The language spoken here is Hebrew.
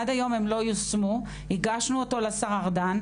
עד היום הן לא יושמו, הגשנו את הדוח לשר ארדן.